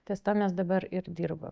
ties tuo mes dabar ir dirbam